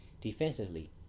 defensively